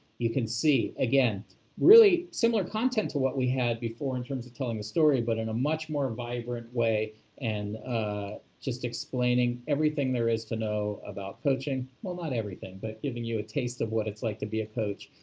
you can see again really similar content to what we had before in terms of telling a story but in a much more vibrant way and just explaining everything there is to know about coaching, well, not everything but giving you a taste of what it's like to be a coach,